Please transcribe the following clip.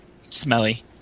smelly